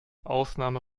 ausnahme